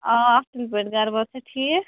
آ اَصٕل پٲٹھۍ گرٕ بار چھا ٹھیٖک